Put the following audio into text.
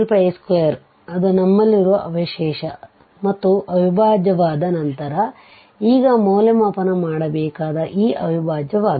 2 ಅದು ನಮ್ಮಲ್ಲಿರುವ ಅವಶೇಷ ಮತ್ತು ಅವಿಭಾಜ್ಯವಾದ ನಂತರ ಈಗ ಮೌಲ್ಯಮಾಪನ ಮಾಡಬೇಕಾದ ಈ ಅವಿಭಾಜ್ಯವಾಗಿದೆ